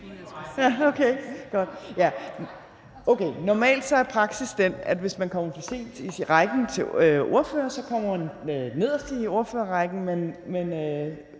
Normalt er praksis den, at hvis man kommer for sent i rækken af ordførere, så kommer man nederst i ordførerrækken. Men